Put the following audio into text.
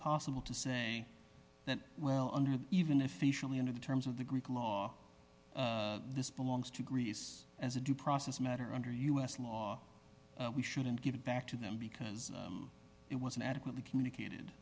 possible to say that well under even officially under the terms of the greek law this belongs to greece as a due process matter under us law we shouldn't give it back to them because it wasn't adequately communicated